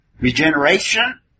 regeneration